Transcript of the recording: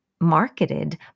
marketed